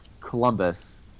Columbus